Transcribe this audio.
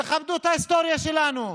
תכבדו את ההיסטוריה שלנו,